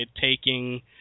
taking